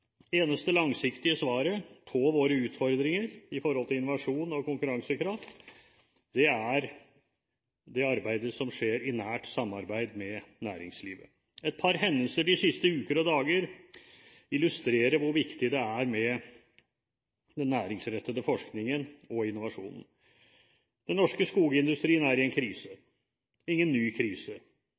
eneste langsiktige svaret på våre utfordringer når det gjelder innovasjon og konkurransekraft, er det arbeidet som skjer i nært samarbeid med næringslivet. Et par hendelser de siste uker og dager illustrerer hvor viktig det er med den næringsrettede forskningen og innovasjonen. Den norske skogindustrien er i krise – ingen ny krise,